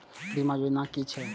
बीमा योजना कि छिऐ?